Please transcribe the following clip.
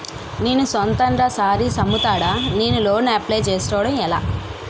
నేను సొంతంగా శారీస్ అమ్ముతాడ, నేను లోన్ అప్లయ్ చేసుకోవడం ఎలా?